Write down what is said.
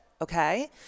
okay